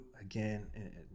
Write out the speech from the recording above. Again